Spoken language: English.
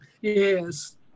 Yes